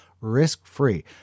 risk-free